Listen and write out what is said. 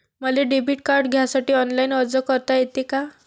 मले debit card घ्यासाठी online अर्ज करता येते का?